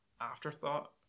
afterthought